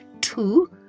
two